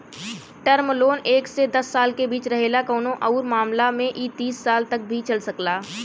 term loan एक से दस साल के बीच रहेला कउनो आउर मामला में इ तीस साल तक भी चल सकला